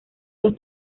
los